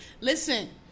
listen